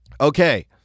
Okay